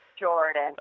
Jordan